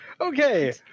Okay